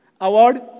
Award